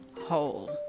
whole